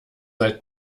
seit